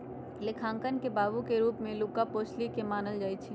लेखांकन के बाबू के रूप में लुका पैसिओली के मानल जाइ छइ